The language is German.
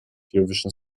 eurovision